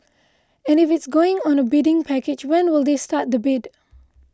and if it's going on a bidding package when will they start the bid